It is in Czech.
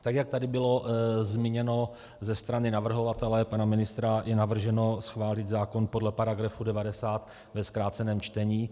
Tak jak tady bylo zmíněno ze strany navrhovatele, pana ministra, je navrženo schválit zákon podle § 90 ve zkráceném čtení.